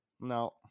no